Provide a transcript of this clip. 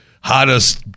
hottest